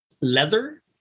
leather